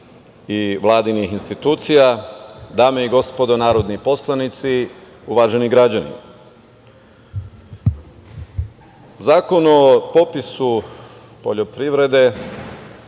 i Vladinih institucija, dame i gospodo narodni poslanici, uvaženi građani, Zakon o popisu poljoprivrede,